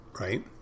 right